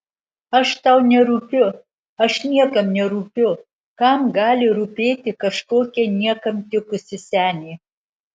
aš tau nerūpiu aš niekam nerūpiu kam gali rūpėti kažkokia niekam tikusi senė